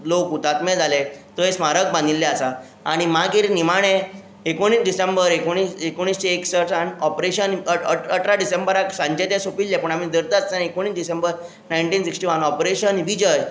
लोक हुतात्मे जाले थंय स्मारक बांदिल्ले आसा आनी मागीर निमाणे एकोणीस डिसेंबर एकोणि एकोणिशें एकसटान ऑपरेशन अट अट अठरा डिसेंबराक सांजे तें सोंपिल्लें पूण आमी धरता आसतना एकोणीस December nineteen sixty one operation Vijay